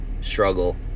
Struggle